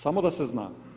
Samo da se zna.